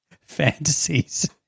fantasies